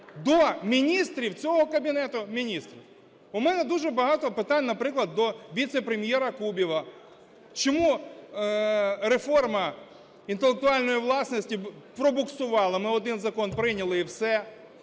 до міністрів цього Кабінету Міністрів? У мене дуже багато, наприклад, до віце-прем'єра Кубіва. Чому реформа інтелектуальної власності пробуксувала? Ми один закон прийняли - і все.